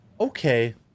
okay